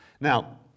Now